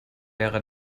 ära